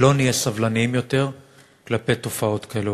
לא נהיה סובלניים יותר כלפי תופעות כאלה.